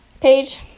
page